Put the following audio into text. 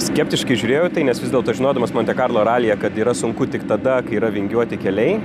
skeptiškai žiūrėjau į tai nes vis dėlto žinodamas monte karlo ralyje kad yra sunku tik tada kai yra vingiuoti keliai